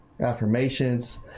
affirmations